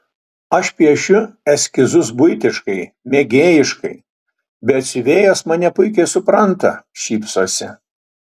aš piešiu eskizus buitiškai mėgėjiškai bet siuvėjos mane puikiai supranta šypsosi